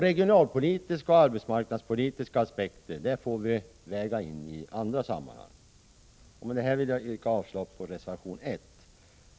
Regionalpolitiska och arbetsmarknadspolitiska aspekter får vi väga in i andra sammanhang. Med detta vill jag yrka avslag på reservation 1.